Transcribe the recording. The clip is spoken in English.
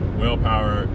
willpower